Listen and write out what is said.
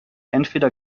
entweder